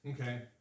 Okay